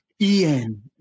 Ian